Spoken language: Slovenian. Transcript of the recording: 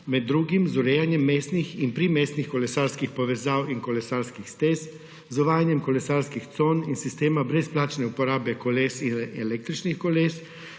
med drugim z urejanjem mestnih in primestnih kolesarskih povezav in kolesarskih stez, z uvajanjem kolesarskih con in sistema brezplačne uporabe koles in električnih koles,